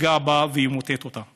יפגע בה וימוטט אותה.